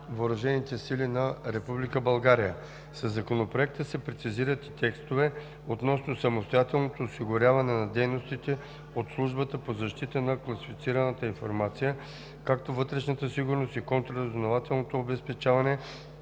въоръжените сили на Република България. Със Законопроекта се прецизират и текстовете относно самостоятелното осигуряване на дейностите от Службата по защитата на класифицираната информация, както вътрешната сигурност и контраразузнавателното обезпечаване